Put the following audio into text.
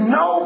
no